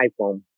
iPhone